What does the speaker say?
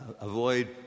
avoid